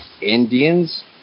Indians